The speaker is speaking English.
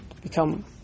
Become